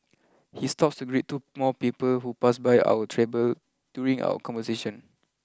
he stops to greet two more people who pass by our table during our conversation